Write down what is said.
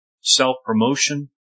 self-promotion